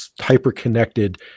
hyper-connected